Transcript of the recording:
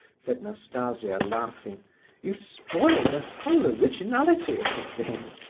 said nastasia, laughing you spoil the whole originality of the thing.